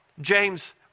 James